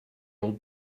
old